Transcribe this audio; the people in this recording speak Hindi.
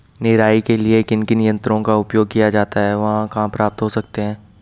निराई के लिए किन किन यंत्रों का उपयोग किया जाता है वह कहाँ प्राप्त हो सकते हैं?